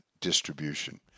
distribution